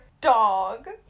dog